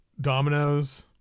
dominoes